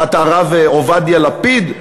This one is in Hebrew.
מה, אתה הרב עובדיה לפיד?